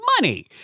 money